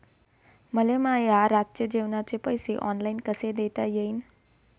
मले माया रातचे जेवाचे पैसे ऑनलाईन कसे देता येईन?